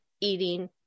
eating